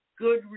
good